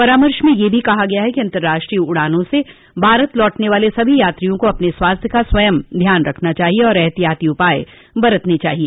परामर्श में यह भी कहा गया है कि अंतर्राष्ट्रीय उड़ानों से भारत लौटने वाले सभी यात्रियों को अपने स्वास्थ्य का स्वयं ध्यान रखना चाहिए और एहतियाती उपाय बरतने चाहिए